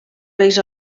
reis